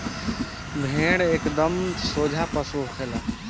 भेड़ एकदम सोझ पशु होखे ले